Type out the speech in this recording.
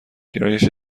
گرایش